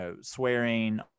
swearing